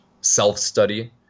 self-study